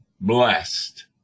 blessed